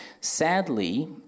Sadly